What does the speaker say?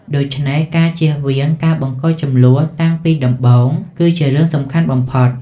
ដូច្នេះ ការជៀសវាងការបង្កជម្លោះតាំងពីដំបូង គឺជារឿងសំខាន់បំផុត។